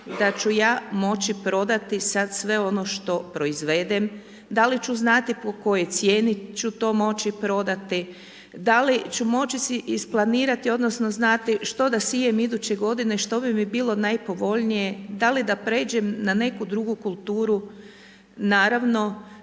da ću ja moći prodati sad sve ono što proizvedem, da li ću znati po kojoj cijeni ću to moći prodati, da li ću moći si isplanirati odnosno znati što da sijem iduće godine, što bi mi bilo najpovoljnije, da li da pređem na neku drugu kulturu, naravno